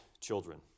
children